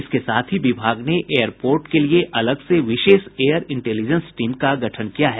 इसके साथ ही विभाग ने एयरपोर्ट के लिए अलग से विशेष एयर इंटेलिजेंस टीम का गठन किया है